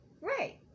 Right